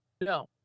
No